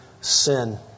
sin